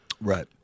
Right